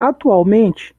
atualmente